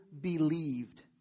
believed